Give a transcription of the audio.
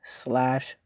slash